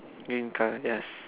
green colour yes